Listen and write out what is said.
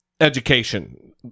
education